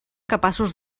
capaços